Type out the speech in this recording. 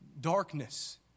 darkness